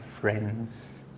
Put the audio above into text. friends